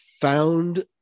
found